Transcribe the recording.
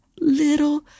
little